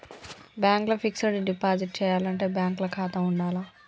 Bank ల fixed deposit చేయాలంటే bank ల ఖాతా ఉండాల్నా?